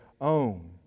own